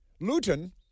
Luton